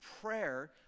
prayer